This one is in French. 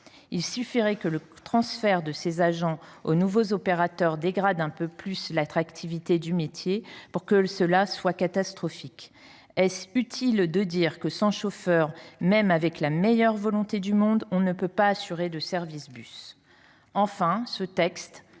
Il suffirait que le transfert de ces agents aux nouveaux opérateurs dégrade un peu plus l’attractivité du métier pour que cela soit catastrophique. Est il utile de rappeler que, sans chauffeurs, même avec la meilleure volonté du monde, on ne peut pas assurer de service de bus ? Ce texte